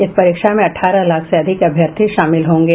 इस परीक्षा में अठारह लाख से अधिक अभ्यर्थी शामिल होंगे